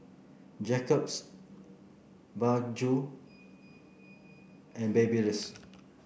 Jacob's Baggu and Babyliss